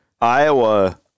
Iowa